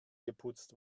geputzt